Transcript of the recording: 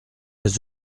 les